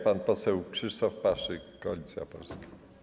Pan poseł Krzysztof Paszyk, Koalicja Polska.